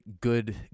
good